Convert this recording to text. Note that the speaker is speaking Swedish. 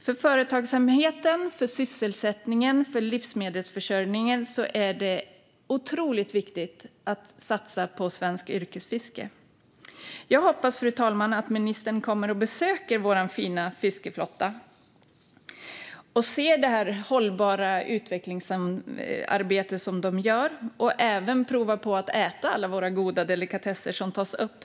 För företagsamheten, sysselsättningen och livsmedelsförsörjningen är det otroligt viktigt att satsa på svenskt yrkesfiske. Jag hoppas, fru talman, att ministern kommer och besöker vår fina fiskeflotta och ser det hållbara utvecklingsarbete de gör - och även provar på att äta alla våra goda delikatesser som fiskas upp.